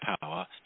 Power